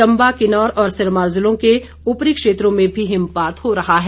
चंबा किन्नौर और सिरमौर जिलों के ऊपरी क्षेत्रों में भी हिमपात हो रहा है